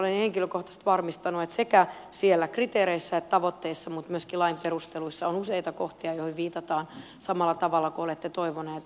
olen henkilökohtaisesti varmistanut että sekä siellä kriteereissä että tavoitteissa mutta myöskin lain perusteluissa on useita kohtia joihin viitataan samalla tavalla kuin olette toivoneet